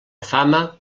fama